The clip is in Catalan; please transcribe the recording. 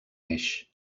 eix